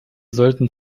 sollten